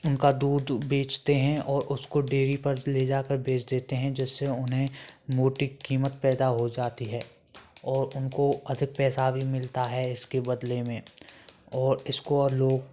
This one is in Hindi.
उनका दूध बेचते हैं और उसको डेयरी पर ले जाकर बेच देते हैं जिससे उन्हें मोटी कीमत पैदा हो जाती है और उनको अधिक पैसा भी मिलता है इसके बदले में और इसको और लोग